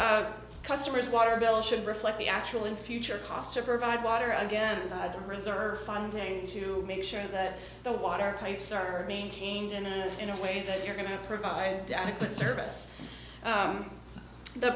so customers water bill should reflect the actual and future costs or provide water again the reserve funding to make sure that the water pipes are maintained and in a way that you're going to provide adequate service